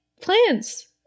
plans